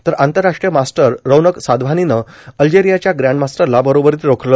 तर आंतरराष्ट्रीय मास्टर रौनक साधवानीनं अल्जेरियाच्या ग्रॅण्डमास्टरला बरोबरीत रोखलं